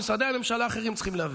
משרדי הממשלה האחרים צריכים להביא.